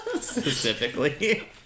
specifically